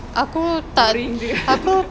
boring jer